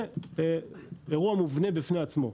זה אירוע מובנה בפני עצמו.